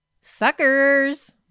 suckers